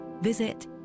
visit